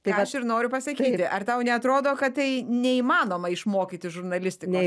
tai aš ir noriu pasakyti ar tau neatrodo kad tai neįmanoma išmokyti žurnalistikos